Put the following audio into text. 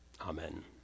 Amen